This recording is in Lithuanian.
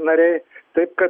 nariai taip kad